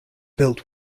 built